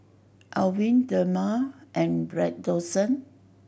Avene Dermale and Redoxon